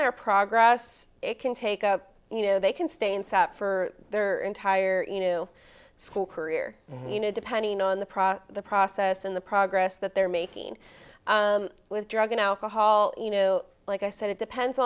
their progress it can take up you know they can stay in south for their entire you know school career you know depending on the process the process and the progress that they're making with drug and alcohol you know like i said it depends